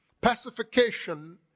Pacification